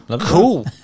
Cool